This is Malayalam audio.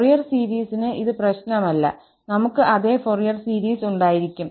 ഫൊറിയർ സീരീസിന് ഇത് പ്രശ്നമല്ലനമുക് അതേ ഫോറിയർ സീരീസ് ഉണ്ടായിരിക്കും